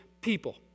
people